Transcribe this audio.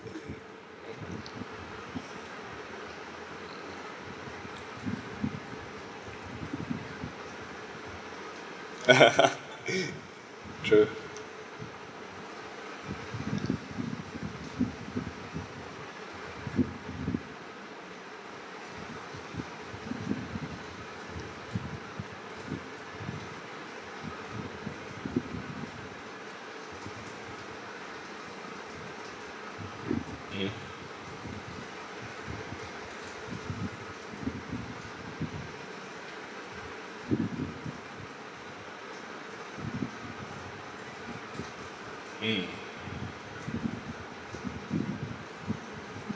true mm mm